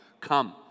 Come